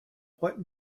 what